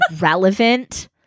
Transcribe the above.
relevant